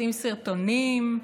עושים סרטונים,